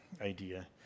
idea